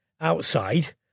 outside